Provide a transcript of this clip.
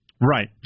Right